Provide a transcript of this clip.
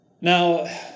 Now